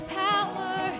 power